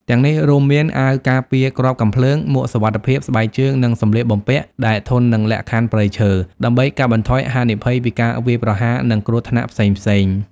ទាំងនេះរួមមាន អាវការពារគ្រាប់កាំភ្លើង មួកសុវត្ថិភាព ស្បែកជើង និងសំលៀកបំពាក់ដែលធន់នឹងលក្ខខណ្ឌព្រៃឈើ ដើម្បីកាត់បន្ថយហានិភ័យពីការវាយប្រហារ និងគ្រោះថ្នាក់ផ្សេងៗ។